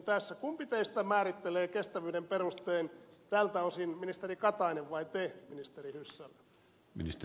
kumpi teistä määrittelee kestävyyden perusteen tältä osin ministeri katainen vai te ministeri hyssälä